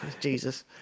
Jesus